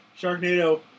Sharknado